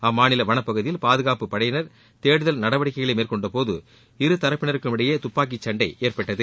அம்மாநில வனப்பகுதியில் பாதுகாப்புப்படையினர் தேடுதல் நடவடிக்கைகளை மேற்கொண்டபோது இரு தரப்பினருக்கும் இடையே துப்பாக்கிச்சண்டை ஏற்பட்டது